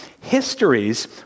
histories